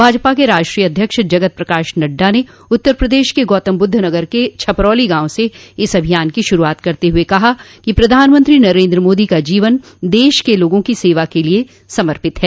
भाजपा के राष्ट्रीय अध्यक्ष जगत प्रकाश नड्डा ने उत्तर प्रदेश के गौतम बुद्धनगर के छपरौली गांव से इस अभियान की शुरूआत करते हुए कहा कि प्रधानमंत्री नरेन्द्र मोदी का जीवन देश के लोगों की सेवा के लिए समर्पित है